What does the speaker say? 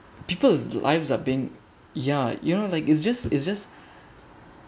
people's lives are being ya you know like it's just it's just